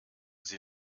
sie